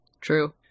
True